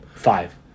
Five